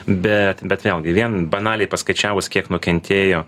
bet bet vėlgi vien banaliai paskaičiavus kiek nukentėjo